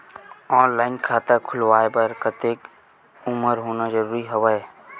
Online खाता खुलवाय बर कतेक उमर होना जरूरी हवय?